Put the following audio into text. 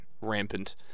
rampant